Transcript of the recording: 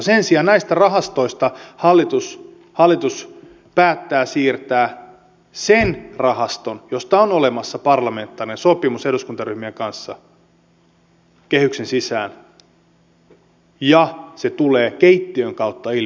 sen sijaan näistä rahastoista hallitus päättää siirtää sen rahaston josta on olemassa parlamentaarinen sopimus eduskuntaryhmien kanssa kehyksen sisään ja se tulee keittiön kautta ilmi oppositiolle